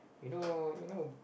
you know you know